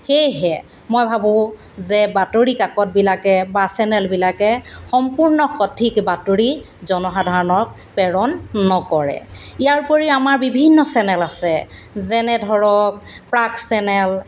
সেয়েহে মই ভাবোঁ যে বাতৰি কাকতবিলাকে বা চেনেলবিলাকে সম্পূৰ্ণ সঠিক বাতৰি জনসাধাৰণক প্ৰেৰণ নকৰে ইয়াৰ উপৰি আমাৰ বিভিন্ন চেনেল আছে যেনে ধৰক প্ৰাগ চেনেল